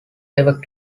ever